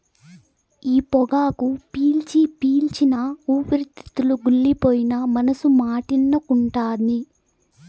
ఈ పొగాకు పీల్చి పీల్చి నా ఊపిరితిత్తులు గుల్లైపోయినా మనసు మాటినకుంటాంది